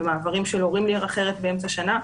ומעברים של הורים לעיר אחרת באמצע השנה.